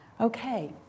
Okay